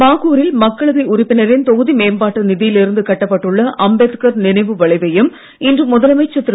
பாகூரில் மக்களவை உறுப்பினரின் தொகுதி மேம்பாட்டு நிதியில் இருந்து கட்டப்பட்டுள்ள அம்பேத்கர் நினைவு வளைவையும் இன்று முதலமைச்சர் திரு